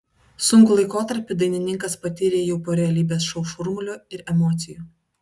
sunkų laikotarpį dainininkas patyrė jau po realybės šou šurmulio ir emocijų